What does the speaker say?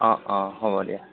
অঁ অঁ হ'ব দিয়া